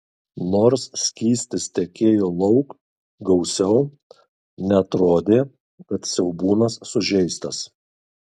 nors skystis tekėjo lauk gausiau neatrodė kad siaubūnas sužeistas